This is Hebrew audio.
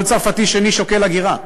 כל צרפתי שני שוקל הגירה.